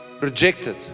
rejected